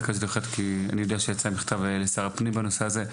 שכידוע קיבלו מכתב בנושא הזה,